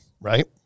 right